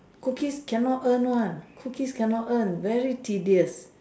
cookies cannot earn one cookies cannot earn very tedious